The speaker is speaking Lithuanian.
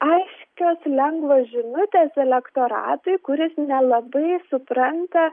aiškios lengvos žinutės elektoratai kuris nelabai supranta